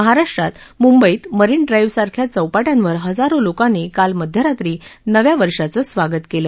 महाराष्ट्रात मुंबईत मरीन ड्राईव्हसारख्या चौपाटयांवर इजारो लोकांनी काल मध्यरात्री नव्या वर्षाचं स्वागत केलं